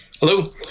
Hello